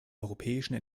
europäischen